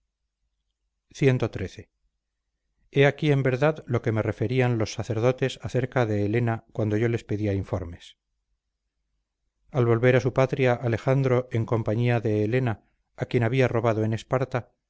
peregrina cxiii he aquí en verdad lo que me referían los sacerdotes acerca de helena cuando yo les pedía informes al volver a su patria alejandro en compañía de helena a quien había robado en esparta